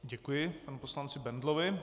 Děkuji panu poslanci Bendlovi.